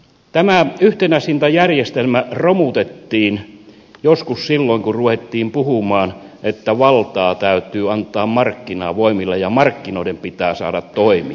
tämä yhtenäishintajärjestelmä romutettiin joskus silloin kun ruvettiin puhumaan että valtaa täytyy antaa markkinavoimille ja markkinoiden pitää saada toimia